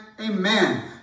Amen